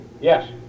Yes